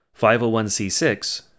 501c6